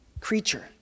creature